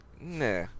nah